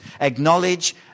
Acknowledge